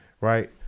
right